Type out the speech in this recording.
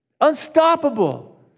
unstoppable